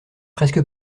presque